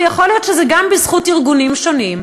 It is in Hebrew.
ויכול להיות שזה גם בזכות ארגונים שונים,